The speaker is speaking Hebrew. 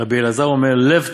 רבי אלעזר אומר, לב טוב"